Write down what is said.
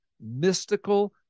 mystical